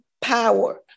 power